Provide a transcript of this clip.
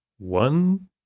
One